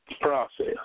Process